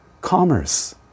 commerce